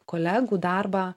kolegų darbą